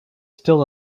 still